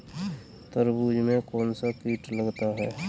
तरबूज में कौनसा कीट लगता है?